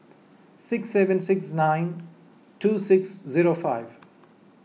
six seven six nine two six zero five